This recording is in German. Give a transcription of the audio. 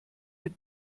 mit